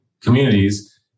communities